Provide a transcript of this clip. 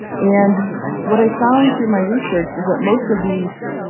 and what i found through my research was that most of these